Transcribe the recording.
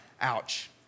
Ouch